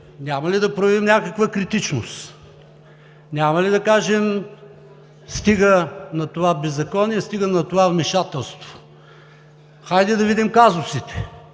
няма ли да проявим някаква критичност, няма ли да кажем: „Стига!“ на това беззаконие, „Стига!“ на това вмешателство. Хайде да видим казусите,